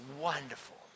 wonderful